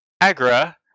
Agra